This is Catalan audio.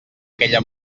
aquella